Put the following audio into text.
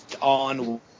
on